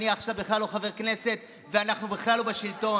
אני עכשיו בכלל לא חבר כנסת ואנחנו בכלל לא בשלטון.